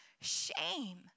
shame